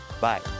Bye